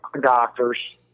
doctors